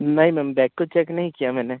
नहीं ma'am bag को check नहीं किया मैंने